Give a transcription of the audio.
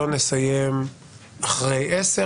אורית, אל תעשי חקירה נגדית ליועץ המשפטי.